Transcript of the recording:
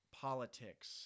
politics